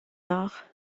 nach